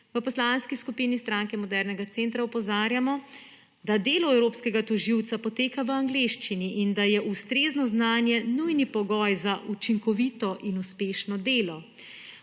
V Poslanski skupini Stranke modernega centra opozarjamo, da delo evropskega tožilca poteka v angleščini in da je ustrezno znanje nujni pogoj za učinkovito in uspešno delo.